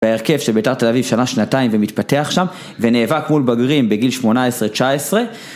בהרכב שביתר תל אביב שנה שנתיים ומתפתח שם ונאבק מול בגרים בגיל 18-19